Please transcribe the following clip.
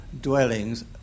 dwellings